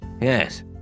Yes